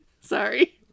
sorry